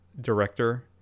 director